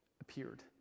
appeared